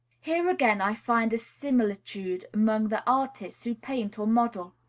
here again i find a similitude among the artists who paint or model.